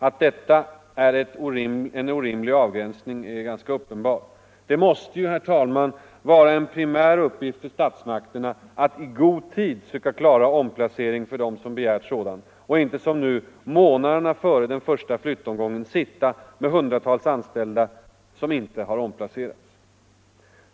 Att detta är en orimlig avgränsning är ganska uppenbart. Det måste ju, herr talman, vara en primär uppgift 143 för statsmakterna att i god tid söka klara omplacering för dem som begärt sådan och inte som nu månaderna före den första flyttomgången sitta med hundratals anställda som inte har omplacerats.